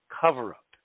cover-up